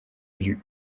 élu